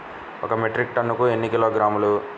ఒక మెట్రిక్ టన్నుకు ఎన్ని కిలోగ్రాములు?